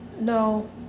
no